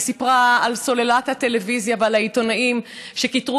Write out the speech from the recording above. היא סיפרה על סוללת הטלוויזיה ועל העיתונאים שכיתרו